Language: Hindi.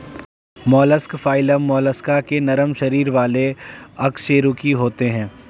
मोलस्क फाइलम मोलस्का के नरम शरीर वाले अकशेरुकी होते हैं